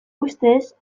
ustez